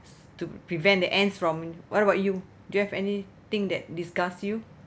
to prevent the ants from what about you do you have anything that disgust you